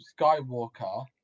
Skywalker